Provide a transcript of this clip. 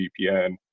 vpn